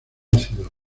ácidos